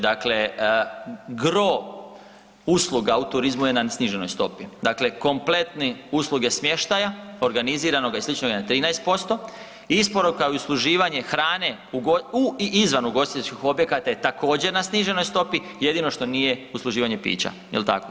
Dakle, GRO usluga u turizmu je na sniženoj stopi, dakle kompletni, usluge smještaja organiziranoga i sličnoga na 13%, isporuka i usluživanje hrane u i izvan ugostiteljskih objekata je također na sniženoj stopi, jedino što nije usluživanje pića jel tako?